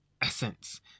essence